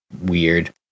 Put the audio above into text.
weird